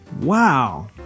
Wow